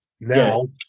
now